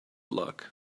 luck